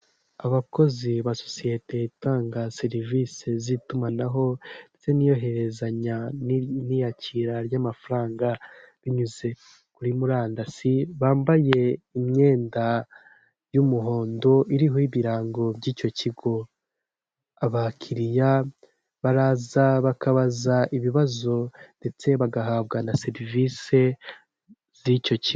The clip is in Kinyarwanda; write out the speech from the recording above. Abakozi ba sosiyete itanga serivisi z'itumanaho n'iyohererezanya n'iyakira ry'amafaranga binyuze kuri murandasi bambaye imyenda y'umuhondo iriho ibirango by'icyo kigo, abakiriya baraza bakabaza ibibazo ndetse bagahabwa na serivisi z'icyo kigo.